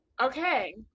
okay